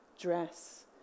dress